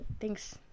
thanks